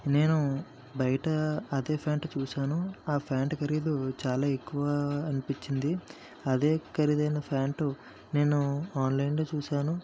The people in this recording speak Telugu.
నేను బయట అదే ప్యాంట్ చూసాను ఆ ప్యాంట్ ఖరీదు చాలా ఎక్కువ అనిపించింది అదే ఖరీదైన ప్యాంటు నేను ఆన్లైన్లో చూశాను